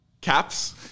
caps